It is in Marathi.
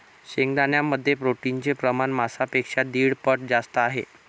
शेंगदाण्यांमध्ये प्रोटीनचे प्रमाण मांसापेक्षा दीड पट जास्त आहे